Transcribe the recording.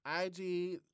IG